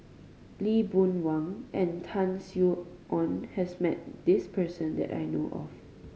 Lee Boon Wang and Tan Sin Aun has met this person that I know of